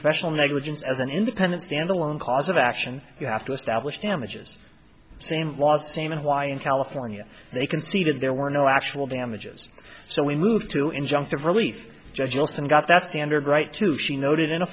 professional negligence as an independent standalone cause of action you have to establish damages same laws the same and why in california they conceded there were no actual damages so we moved to injunctive relief and got that standard right too she noted in a